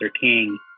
King